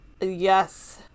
yes